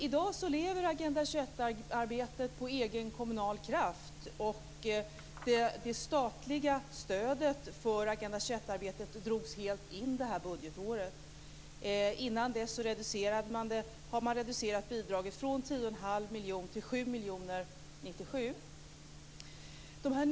I dag lever Agenda 21-arbetet på egen kommunal kraft. Det statliga stödet till Agenda 21-arbetet drogs helt in det här budgetåret. Innan dess hade det bidraget reducerats från 10 1⁄2 miljon till 7 miljoner 1997.